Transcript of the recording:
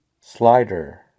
slider